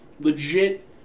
legit